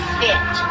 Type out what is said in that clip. fit